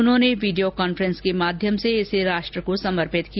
उन्होंने video conference के माध्यम से इसे राष्ट्र को समर्पित किया